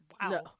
wow